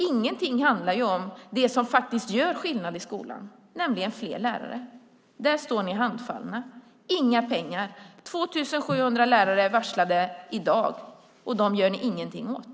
Ingenting handlar om det som faktiskt gör skillnad i skolan, nämligen fler lärare. Där står ni handfallna. Inga pengar! 2 700 lärare är varslade, och dem gör ni ingenting åt.